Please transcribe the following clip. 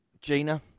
Gina